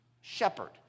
Shepherd